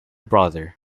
brother